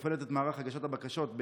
המתפעלת את מערך הגשת הבקשות,